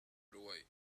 uruguay